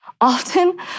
Often